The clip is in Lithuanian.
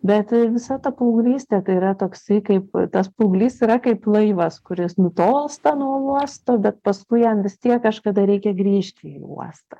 bet visa ta paauglystė yra toksai kaip tas paauglys yra kaip laivas kuris nutolsta nuo uosto bet paskui jam vis tiek kažkada reikia grįžti į uostą